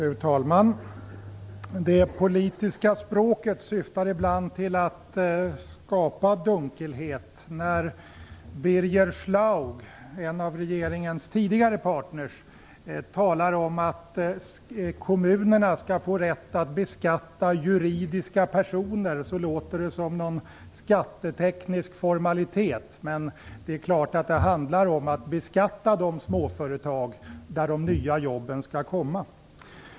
Fru talman! Det politiska språket syftar ibland till att skapa dunkelhet. När Birger Schlaug, en av regeringens tidigare partner, talar om att kommunerna skall få rätt att beskatta juridiska personer låter det som någon skatteteknisk formalitet. Men det är klart att det handlar om att beskatta de småföretag där de nya jobben skall komma.